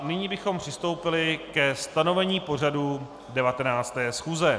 Nyní bychom přistoupili ke stanovení pořadu 19. schůze.